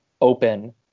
open